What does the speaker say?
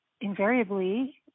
invariably